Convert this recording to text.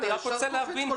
אני רוצה להבין.